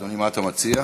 אדוני, מה אתה מציע?